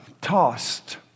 tossed